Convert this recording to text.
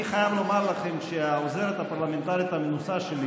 אני חייב להגיד לכם שהעוזרת הפרלמנטרית המנוסה שלי